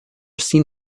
seen